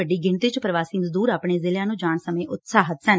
ਵੱਡੀ ਗਿਣਤੀ ਚ ਪ੍ਰਵਾਸੀ ਮਜ਼ਦੂਰ ਆਪਣੇ ਜ਼ਿਲ੍ਹਿਆਂ ਨੂੰ ਜਾਣ ਸਮੇਂ ਉਤਸ਼ਾਹਿਤ ਸਨ